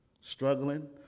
Struggling